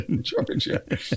Georgia